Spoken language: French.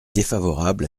défavorable